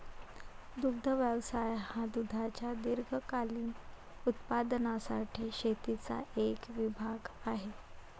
दुग्ध व्यवसाय हा दुधाच्या दीर्घकालीन उत्पादनासाठी शेतीचा एक विभाग आहे